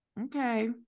Okay